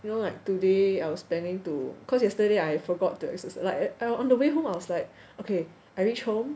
you know like today I was planning to cause yesterday I forgot to exer~ like on the way home I was like okay I reach home